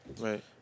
Right